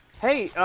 hey,